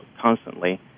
constantly